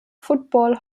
football